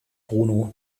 bruno